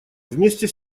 вместе